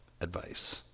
advice